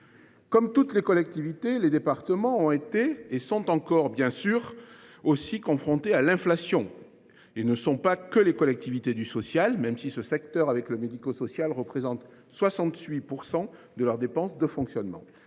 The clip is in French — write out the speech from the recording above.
Comme toutes les collectivités, les départements ont également été – et le sont encore, bien sûr – confrontés à l’inflation. Ils ne sont pas que les collectivités du social, même si ce secteur représente, avec le médico social, 68 % de leurs dépenses de fonctionnement